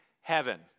heaven